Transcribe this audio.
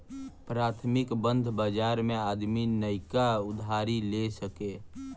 प्राथमिक बंध बाजार मे आदमी नइका उधारी ले सके